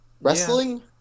wrestling